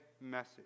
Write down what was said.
message